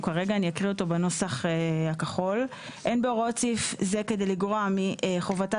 (ב) אין בהוראות סעיף זה כדי לגרוע מחובתה